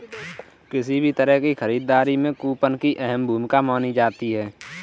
किसी भी तरह की खरीददारी में कूपन की अहम भूमिका मानी जाती है